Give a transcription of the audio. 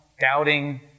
doubting